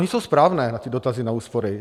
Ony jsou správné ty dotazy na úspory.